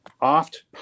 oft